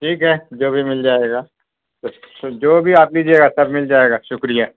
ٹھیک ہے جو بھی مل جائے گا کچھ جو بھی آپ لیجیے گا سب مل جائے گا شکریہ